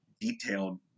detailed